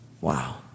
Wow